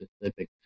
specific